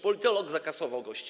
Politolog zakasował gości.